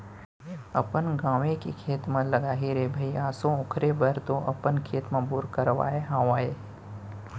अपन गाँवे के खेत म लगाही रे भई आसो ओखरे बर तो अपन खेत म बोर करवाय हवय